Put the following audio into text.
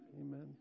Amen